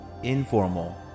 Informal